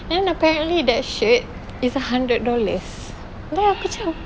then apparently that shirt is a hundred dollars then aku macam